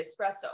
espresso